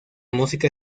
música